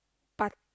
part